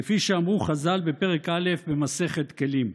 כפי שאמרו חז"ל בפרק א' במסכת כלים,